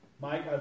Mike